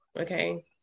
okay